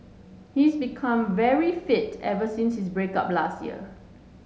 he is became very fit ever since his break up last year